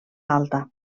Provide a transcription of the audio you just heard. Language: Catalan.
alta